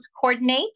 coordinate